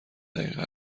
دقیقه